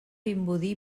vimbodí